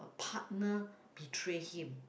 partner betray him